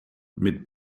mit